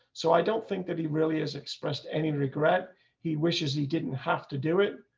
so i don't think that he really is expressed any regret he wishes he didn't have to do it,